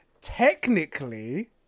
Technically